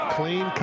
Clean